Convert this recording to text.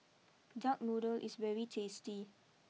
Duck Noodle is very tasty